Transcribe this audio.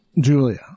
Julia